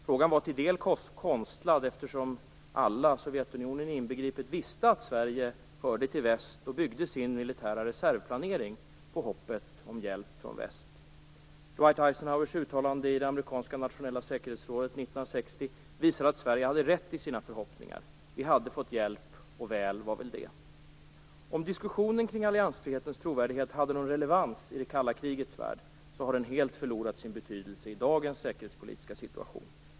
Frågan var till en del konstlad, eftersom alla, Sovjetunionen inbegripet, visste att Sverige hörde till väst och byggde sin militära reservplanering på hoppet om hjälp från väst. Dwight Eisenhowers uttalande i det amerikanska nationella säkerhetsrådet 1960 visade att Sverige hade rätt i sina förhoppningar. Vi hade fått hjälp, och väl var det. Om än diskussionen om alliansfrihetens trovärdighet hade någon relevans i det kalla krigets värld, så har den helt förlorat sin betydelse i dagens säkerhetspolitiska situation.